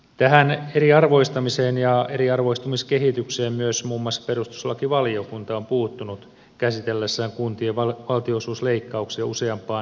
tähän eriarvoistamiseen ja eriarvoistumiskehitykseen myös muun muassa perustuslakivaliokunta on puuttunut käsitellessään kuntien valtionosuusleikkauksia useampaan kertaan